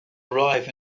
arrive